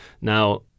Now